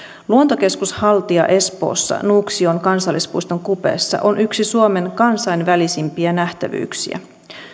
luontokeskus haltia espoossa nuuksion kansallispuiston kupeessa on yksi suomen kansainvälisimpiä nähtävyyksiä